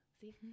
See